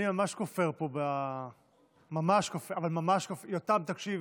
אני ממש כופר, יותם, תקשיב,